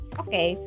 okay